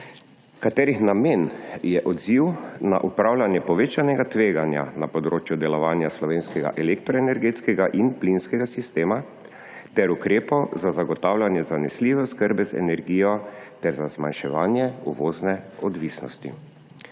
katerih namen je odziv na upravljanje povečanega tveganja na področju delovanja slovenskega elektroenergetskega in plinskega sistema ter ukrepov za zagotavljanje zanesljive oskrbe z energijo ter za zmanjševanje uvozne odvisnosti.